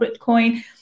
Bitcoin